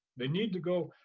they need to go.